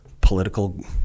political